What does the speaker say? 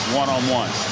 one-on-one